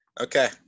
Okay